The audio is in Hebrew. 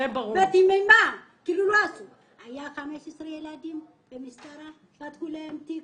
ז': היו 15 ילדים במשטרה, פתחו להם תיק.